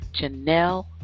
Janelle